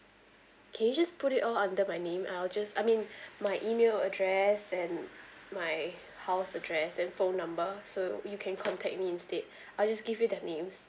can you just put it all under my name I'll just I mean my email address and my house address and phone number so you can contact me instead I'll just give you their names